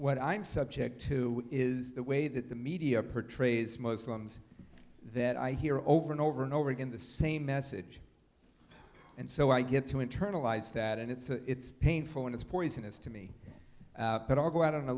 what i'm subject to is the way that the media portrays muslims that i hear over and over and over again the same message and so i get to internalize that and it's painful and it's poisonous to me but i'll go out on a